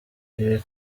ibi